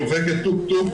דופקת טוק טוק,